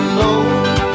low